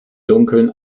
dunkeln